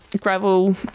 gravel